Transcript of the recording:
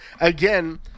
again